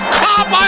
cop